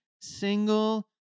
single